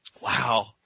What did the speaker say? Wow